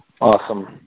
Awesome